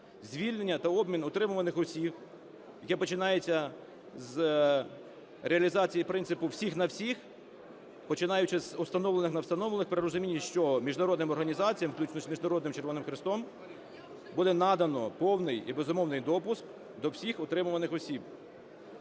звільнення та обмін утримуваних осіб, яке починається з реалізації принципу "всіх на всіх", починаючи з "встановлених-невстановлених", при розумінні, що міжнародними організаціями, включно з Міжнародним Червоних Хрестом, буде наданий повний і безумовний допуск до всіх утримуваних осіб.